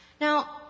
Now